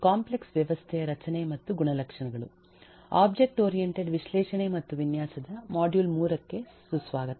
complex ವ್ಯವಸ್ಥೆಯ ರಚನೆ ಮತ್ತು ಗುಣಲಕ್ಷಣಗಳು ಒಬ್ಜೆಕ್ಟ್ ಓರಿಯಂಟೆಡ್ ವಿಶ್ಲೇಷಣೆ ಮತ್ತು ವಿನ್ಯಾಸದ ಮಾಡ್ಯೂಲ್ 3 ಗೆ ಸುಸ್ವಾಗತ